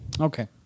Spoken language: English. Okay